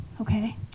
Okay